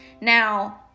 Now